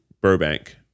Burbank